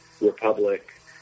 Republic